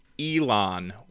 elon